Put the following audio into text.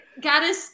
Gaddis